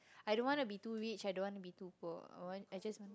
I don't want to be too rich I don't want to be too poor I want I just